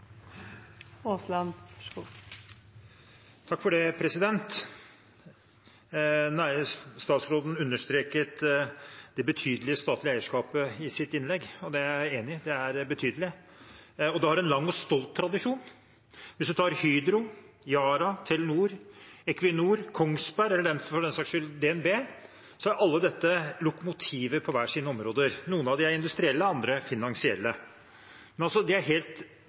i. Det er betydelig, og det har en lang og stolt tradisjon. Hvis man tar Hydro, Yara, Telenor, Equinor, Kongsberg eller for den saks skyld DNB, er alle disse lokomotiver på hvert sitt område. Noen av dem er industrielle, andre finansielle. Men de er helt